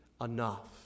enough